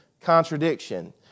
contradiction